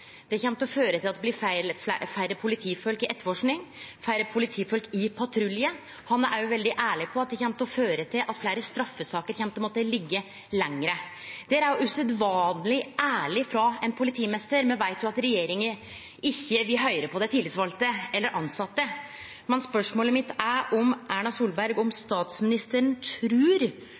kjem til å føre til at det blir færre politifolk i etterforsking og færre politifolk i patrulje. Han er òg veldig ærleg på at det kjem til å føre til at fleire straffesaker kjem til å måtte liggje lenger. Dette er usedvanleg ærleg frå ein politimeister. Me veit jo at regjeringa ikkje vil høyre på dei tillitsvalde eller dei tilsette, men spørsmålet mitt er om statsminister Erna Solberg